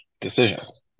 decisions